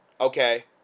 Okay